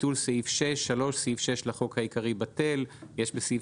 ביטול סעיף 6. סעיף 6 לחוק העיקרי בטל." יש בסעיף